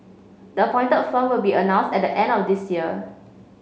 the appointed firm will be announced at the end of this year